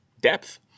depth